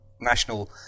national